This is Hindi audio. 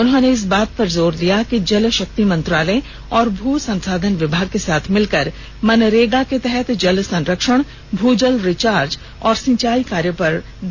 उन्होंने इस बात पर जोर दिया कि जल शक्ति मंत्रालय और भू संसाधन विभाग के साथ मिलकर मनरेगा के तहत जल संरक्षण भू जल रिचार्ज और सिंचाई कार्य पर ध्यान दिया जाना चाहिए